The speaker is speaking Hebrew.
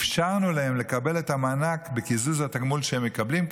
אפשרנו להם לקבל את המענק בקיזוז התגמול שהם מקבלים,